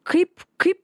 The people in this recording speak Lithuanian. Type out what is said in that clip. kaip kaip